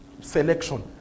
Selection